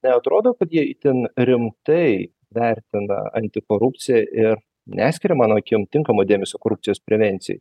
neatrodo kad jie itin rimtai vertina antikorupciją ir neskiria mano akim tinkamo dėmesio korupcijos prevencijai